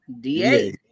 DA